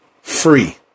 free